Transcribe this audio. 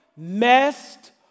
Messed